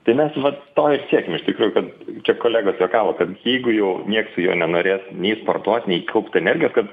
tai mes vat to ir siekėm iš tikrųjų kad čia kolegos juokavo kad jeigu jau nieks su juo nenorės nei sportuot nei kaupt energijos kad